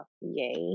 yay